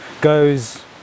goes